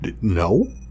no